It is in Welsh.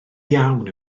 iawn